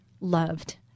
loved